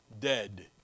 dead